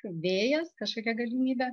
vėjas kažkokia galimybė